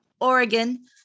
Oregon